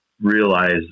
realize